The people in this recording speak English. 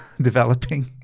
developing